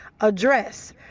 address